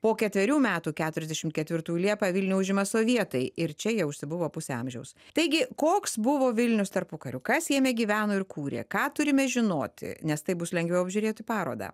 po ketverių metų keturiasdešimt ketvirtų liepą vilnių užima sovietai ir čia jie užsibuvo pusę amžiaus taigi koks buvo vilnius tarpukariu kas jame gyveno ir kūrė ką turime žinoti nes taip bus lengviau apžiūrėti parodą